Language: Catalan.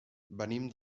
venim